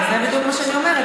זה בדיוק מה שאני אומרת.